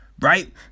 Right